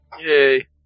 Yay